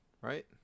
right